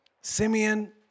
Simeon